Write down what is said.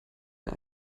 der